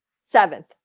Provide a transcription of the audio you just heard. seventh